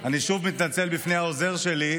שוב מתנצל בפני העוזר שלי,